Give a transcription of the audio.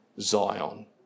Zion